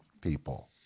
people